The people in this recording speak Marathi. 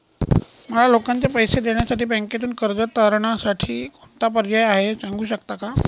मला लोकांचे पैसे देण्यासाठी बँकेतून कर्ज तारणसाठी कोणता पर्याय आहे? सांगू शकता का?